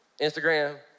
Instagram